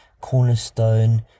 Cornerstone